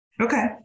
Okay